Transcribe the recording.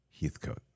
Heathcote